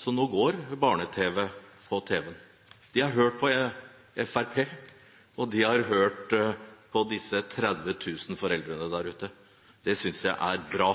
Så nå er det barne-tv på tv. De har hørt på Fremskrittspartiet og på de 30 000 foreldrene der ute. Det synes jeg er bra.